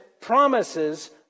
promises